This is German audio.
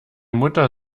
mutter